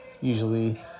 Usually